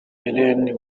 rené